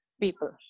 people